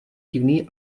divný